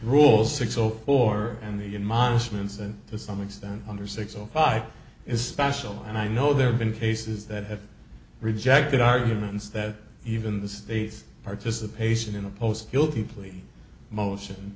rules six zero four and the in monuments and to some extent under six or five is special and i know there have been cases that have rejected arguments that even the state's participation in a post guilty plea motion